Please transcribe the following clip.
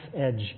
edge